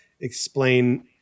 explain